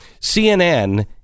cnn